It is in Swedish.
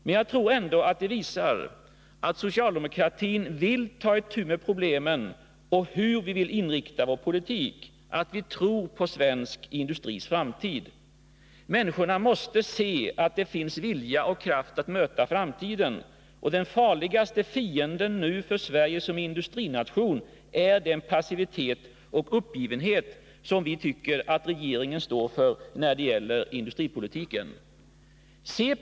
Men jag tror ändå att de visar att socialdemokratin vill ta itu med problemen och hur vi vill inrikta vår politik — att vi tror på svensk industris framtid. Människorna måste få se att det finns vilja och kraft att möta framtiden. Den i dagsläget farligaste fienden för Sverige som industrination är den passivitet och uppgivenhet som vi tycker att regeringen står för när det gäller industripolitiken.